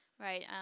Right